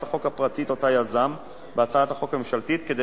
החוק הפרטית שהוא יזם בהצעת החוק הממשלתית כדי